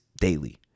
daily